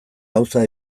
gauza